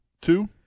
Two